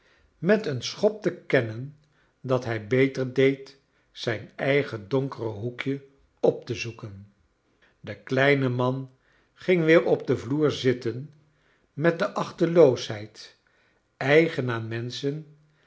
met een schop te kennen dat hij beter deed zijn eigen donkere hoekje op te zoeken de kleine man ging weer op den vloer zitten met de achteloosheid eigen aan menschen